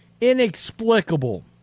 Inexplicable